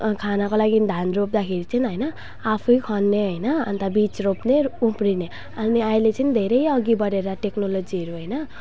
खानाको लागि धान रोप्दाखेरि चाहिँ होइन आफै खन्ने होइन अन्त बीज रोप्ने र उम्रिने अनि अहिले चाहिँ धेरै अघि बढेर टेक्नोलोजीहरू होइन